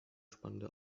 spannende